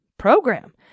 program